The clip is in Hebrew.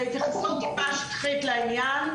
זו התייחסות טיפה שטחית לעניין.